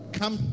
come